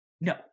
No